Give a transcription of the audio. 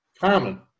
common